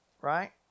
right